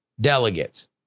delegates